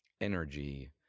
energy